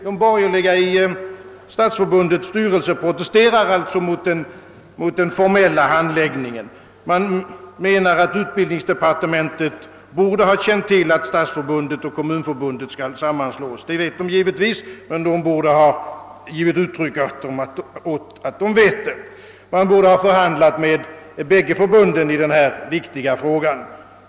De borgerliga styrelseledamöterna i Stadsförbundet protesterar alltså mot den formella handläggningen och anser att man på utbildningsdepartementet borde ha givit uttryck åt sin vetskap om att Stadsförbundet och Kommunförbundet skulle sammanslås, och därför borde man på departementet ha förhandlat med båda förbunden i denna viktiga fråga.